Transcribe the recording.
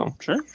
Sure